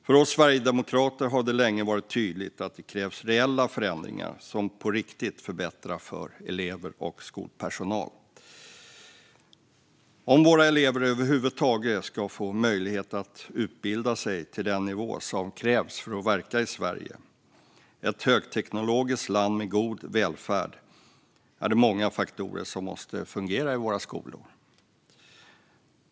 För oss sverigedemokrater har det länge varit tydligt att det krävs reella förändringar som på riktigt förbättrar för elever och skolpersonal. Om våra elever över huvud taget ska få möjlighet att utbilda sig till den nivå som krävs för att verka i Sverige - ett högteknologiskt land med god välfärd - är det många faktorer som måste fungera i våra skolor.